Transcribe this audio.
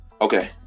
okay